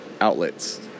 outlets